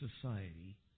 society